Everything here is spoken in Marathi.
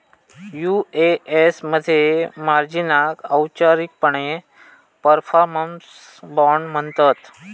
यु.ए.एस मध्ये मार्जिनाक औपचारिकपणे परफॉर्मन्स बाँड म्हणतत